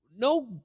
No